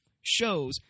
shows